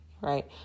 right